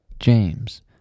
James